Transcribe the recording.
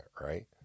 right